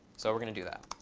so we're going to do that.